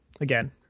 again